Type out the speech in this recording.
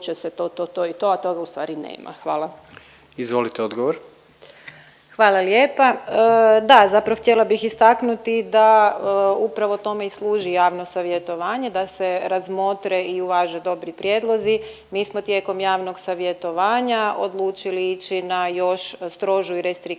Lugarić, Tereza** Hvala lijepa. Da zapravo htjela bih istaknuti da upravo tome i služi javno savjetovanje da se razmotre i uvaže dobri prijedlozi. Mi smo tijekom javnog savjetovanja odlučili ići na još strožu i restriktivniju